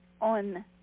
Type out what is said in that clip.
on